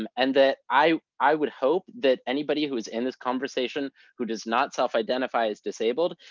um and that i i would hope that anybody who's in this conversation, who does not self-identify as disabled,